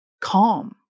calm